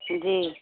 जी